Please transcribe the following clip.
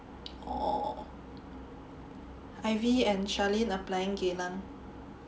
oh Ivy and Sharlene applying Geylang